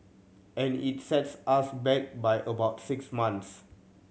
and it sets us back by about six months